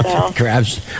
Crabs